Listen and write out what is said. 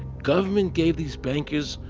government gave this bankers,